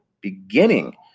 beginning